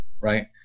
right